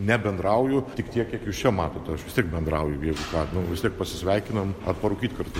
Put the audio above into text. nebendrauju tik tiek kiek jūs čia matot aš vis tiek bendrauju jeigu ką nu vis tiek pasisveikinam ar parūkyt kartu